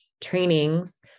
trainings